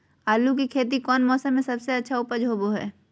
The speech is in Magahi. आलू की खेती कौन मौसम में सबसे अच्छा उपज होबो हय?